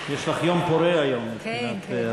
יש לך יום פורה היום, כן, כן.